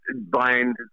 buying